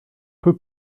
peu